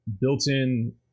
built-in